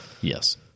yes